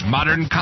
Modern